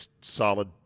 solid